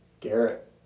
Garrett